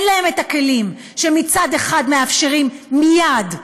אין להם כלים שמצד אחד מאפשרים מייד להתמודד,